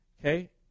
okay